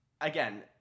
Again